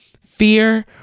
Fear